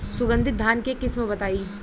सुगंधित धान के किस्म बताई?